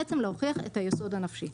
בעצם להוכיח את היסוד הנפשי.